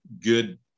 good